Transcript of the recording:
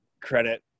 credit